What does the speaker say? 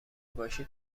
باشید